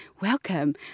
welcome